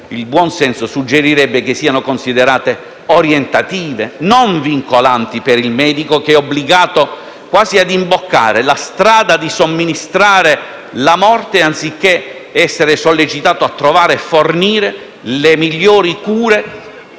il buonsenso suggerirebbe che siano considerate orientative, non vincolanti per il medico, che è obbligato quasi a imboccare la strada di somministrare la morte, anziché essere sollecitato a trovare e fornire le migliori cure